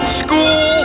school